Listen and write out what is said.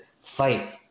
fight